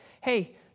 hey